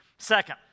Second